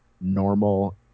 normal